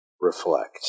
reflect